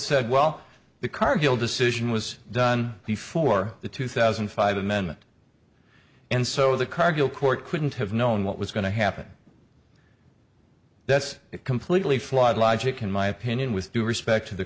said well the cargill decision was done before the two thousand and five amendment and so the cargill court couldn't have known what was going to happen that's completely flawed logic in my opinion with due respect to the